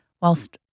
whilst